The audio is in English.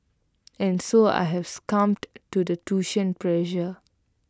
and so I have succumbed to the tuition pressure